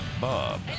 bob